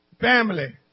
Family